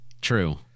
True